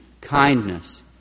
kindness